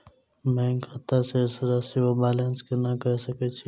Bank खाता शेष राशि वा बैलेंस केना कऽ सकय छी?